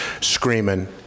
screaming